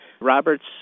Roberts